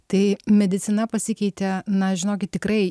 tai medicina pasikeitė na žinokit tikrai